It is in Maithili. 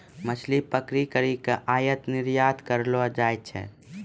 मछली पकड़ी करी के आयात निरयात करलो जाय छै